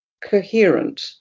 coherent